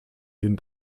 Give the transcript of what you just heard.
den